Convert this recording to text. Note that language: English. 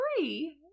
three